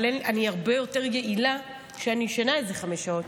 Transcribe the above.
אבל אני הרבה יותר יעילה כשאני ישנה איזה חמש שעות,